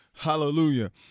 Hallelujah